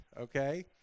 okay